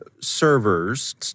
servers